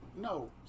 No